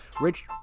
Rich